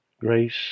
grace